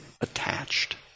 attached